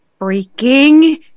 freaking